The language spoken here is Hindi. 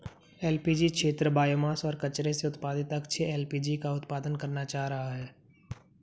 एल.पी.जी क्षेत्र बॉयोमास और कचरे से उत्पादित अक्षय एल.पी.जी का उत्पादन करना चाह रहा है